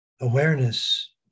Awareness